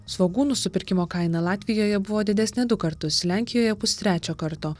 svogūnų supirkimo kaina latvijoje buvo didesnė du kartus lenkijoje pustrečio karto